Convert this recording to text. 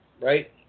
right